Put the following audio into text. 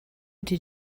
did